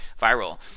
viral